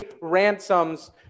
ransoms